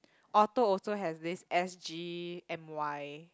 Orto also has this S_G M_Y